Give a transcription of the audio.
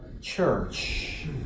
church